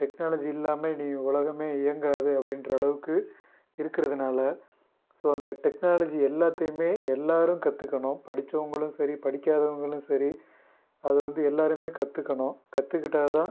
technology இல்லாம இனி உலகமே இயங்காது அப்படின்ற அளவுக்கு இருக்கிறதுனால ஸோ அந்த டெக்னாலஜி எல்லாத்தையுமே எல்லோரும் கற்றுக்கணும் படித்தவங்களும் சரி படிக்காதவங்களும் சரி அதை வந்து எல்லோருமே கற்றுக்கணும் கற்றுக்கிட்டா தான்